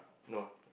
no